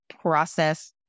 process